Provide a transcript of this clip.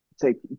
take